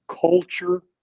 Culture